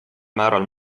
määral